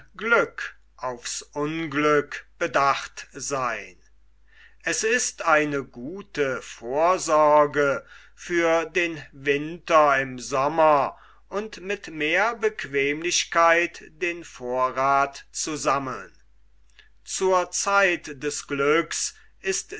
es ist eine gute vorsorge für den winter im sommer und mit mehr bequemlichkeit den vorrath zu sammeln zur zeit des glücks ist